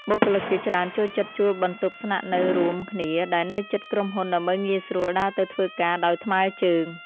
បុគ្គលិកជាច្រើនចូលចិត្តជួលបន្ទប់ស្នាក់នៅរួមគ្នាដែលនៅជិតក្រុមហ៊ុនដើម្បីងាយស្រួលដើរទៅធ្វើការដោយថ្មើរជើង។